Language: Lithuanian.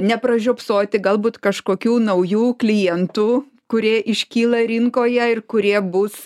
nepražiopsoti galbūt kažkokių naujų klientų kurie iškyla rinkoje ir kurie bus